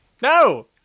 No